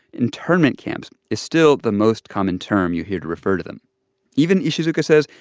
internment camps is still the most common term you hear to refer to them even, ishizuka says,